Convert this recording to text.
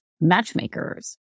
matchmakers